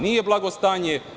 Nije blago stanje.